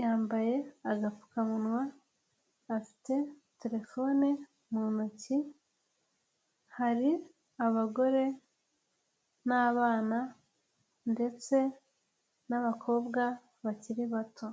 yambaye agapfukamunwa, afite terefone mu ntoki, hari abagore n'abana ndetse n'abakobwa bakiri bato.